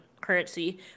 currency